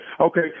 okay